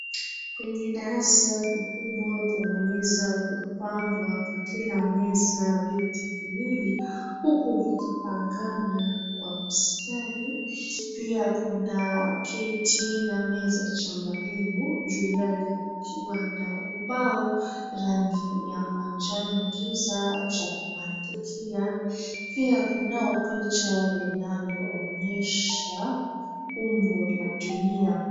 Kwenye darasa kikubwa kumeweza kupangwa kwa kila meza viti viwili huku vikipangana kwa mstari. Pia kuna kiti na meza cha mwalimu juu yake kukiwa na ubao rangi ya manjano giza cha kuandikia. Pia kunayo picha linaloonyesha umbo la dunia.